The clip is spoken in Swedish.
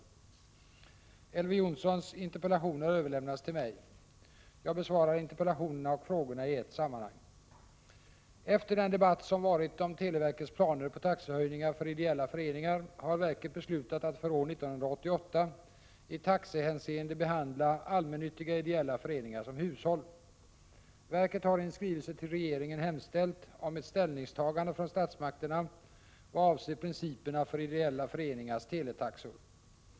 Elver Jonssons interpellation har överlämnats till mig. Jag besvarar interpellationerna och frågorna i ett sammanhang. Efter den debatt som varit om televerkets planer på taxehöjningar för ideella föreningar har verket beslutat att för år 1988 i taxehänseende behandla allmännyttiga ideella föreningar som hushåll. Verket har i en skrivelse till regeringen hemställt om ett ställningstagande från statsmakterna vad avser principerna för ideella föreningars teletaxor.